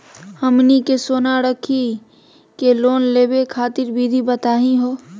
हमनी के सोना रखी के लोन लेवे खातीर विधि बताही हो?